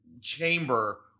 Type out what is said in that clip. chamber